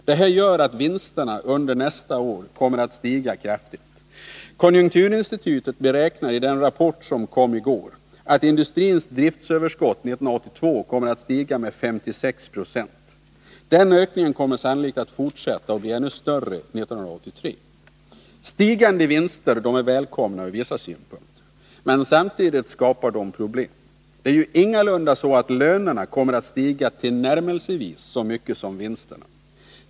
Det här gör att vinsterna under nästa år kommer att stiga kraftigt. Konjunkturinstitutet beräknar i den rapport som kom i går att industrins driftsöverskott 1982 kommer att stiga med 56 20. Den ökningen kommer sannolikt att fortsätta och bli ännu större 1983. Stigande vinster är välkomna ur vissa synpunkter, men samtidigt skapar de problem. Det är ju ingalunda så att lönerna kommer att stiga tillnärmelsevis lika mycket som vinsterna.